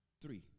Three